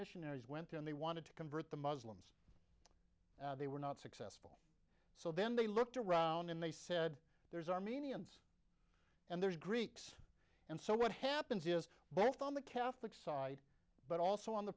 missionaries went and they wanted to convert the muslims they were not successful so then they looked around and they said there's armenians and there's greeks and so what happens is that from the catholic side but also on the